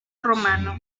romano